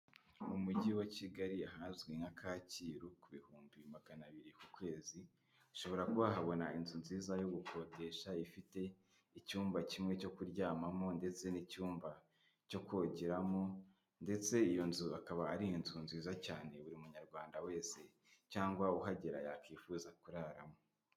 Mu Mujyi wa Kigali ahazwi nka Kacyiru ku bihumbi magana abiri ku kwezi, ushobora kuba wahabona inzu nziza yo gukodesha, ifite icyumba kimwe cyo kuryamamo ndetse n'icyumba cyo kongeramo ndetse iyo nzu akaba ari inzu nziza cyane buri munyarwanda wese cyangwa uhagera yakwifuza kuraramo.